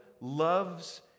loves